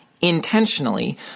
intentionally